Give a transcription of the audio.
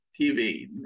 TV